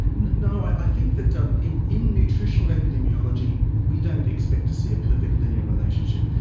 no, i think that um in in nutritional epidemiology we don't expect to see a perfect linear relationship.